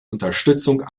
unterstützung